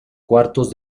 cuartos